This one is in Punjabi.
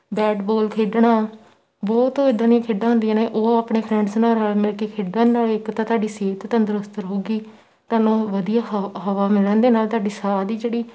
ਬੈਟ ਬੋਲ ਖੇਡਣਾ ਬਹੁਤ ਇੱਦਾਂ ਦੀਆਂ ਖੇਡਾਂ ਹੁੰਦੀਆਂ ਨੇ ਉਹ ਆਪਣੇ ਫਰੈਂਡਸ ਨਾਲ ਰਲ ਮਿਲ ਕੇ ਖੇਡਣ ਦਾ ਇੱਕ ਤਾਂ ਤੁਹਾਡੀ ਸਿਹਤ ਤੰਦਰੁਸਤ ਰਹੇਗੀ ਤੁਹਾਨੂੰ ਵਧੀਆ ਹਵ ਹਵਾ ਮਿਲਣ ਦੇ ਨਾਲ ਤੁਹਾਡੀ ਸਾਹ ਦੀ ਜਿਹੜੀ